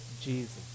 Jesus